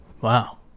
Wow